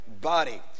body